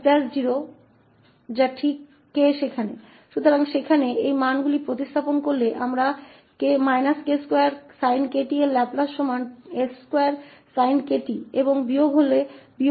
इसलिए इन मूल्यों को प्रतिस्थापित करने के लिए हमकी लाप्लास है s2 sin 𝑘𝑡 𝑡बराबर s2𝐿sin 𝑘𝑡 करने के लिए हैऔर 0 से घटाकर और हमारे पास −𝑓′ है k